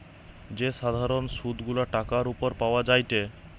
যে সাধারণ সুধ গুলা টাকার উপর পাওয়া যায়টে